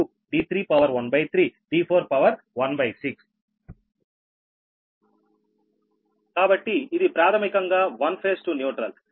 0242logD13d213d116d516r12d313d416 కాబట్టి ఇది ప్రాథమికంగా వన్ ఫేజ్ టు న్యూట్రల్